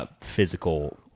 Physical